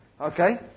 Okay